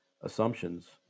assumptions